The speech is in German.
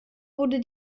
wurde